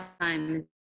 time